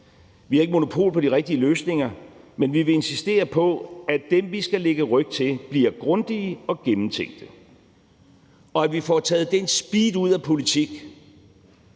Vi har ikke monopol på de rigtige løsninger, men vi vil insistere på, at dem, vi skal lægge ryg til, bliver grundige og gennemtænkte, og at vi får taget den speed ud af politik,